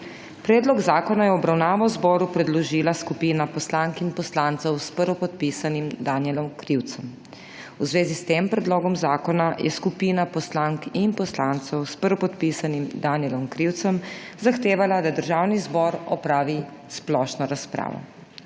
Predlog zakona je v obravnavo zboru predložila skupina poslank in poslancev, s prvopodpisanim Danijelom Krivcem. V zvezi s tem predlogom zakona je skupina poslank in poslancev s prvopodpisanim Danijelom Krivcem zahtevala, da Državni zbor opravi splošno razpravo.